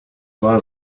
war